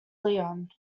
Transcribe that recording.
leon